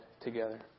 together